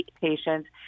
patients